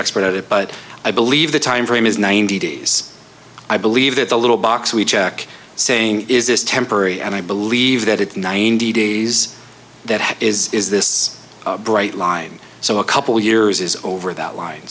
expert at it but i believe the time frame is ninety days i believe that the little box we check saying is this temporary and i believe that it's ninety days that is is this bright line so a couple years is over that line